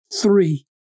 three